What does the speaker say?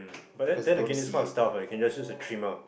but then then again this kind of stuff ah can just use three mile